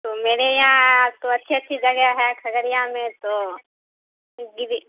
تو میرے یہاں تو اچھی اچھی جگہ ہے کھگریا میں تو گری